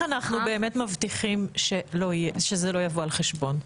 אחנו באמת מבטיחים שזה לא יבוא על חשבון?